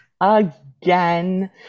Again